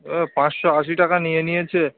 ও পাঁচশো আশি টাকা নিয়ে নিয়েছে